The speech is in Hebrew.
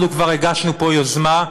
אנחנו כבר הגשנו פה יוזמה.